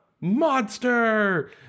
monster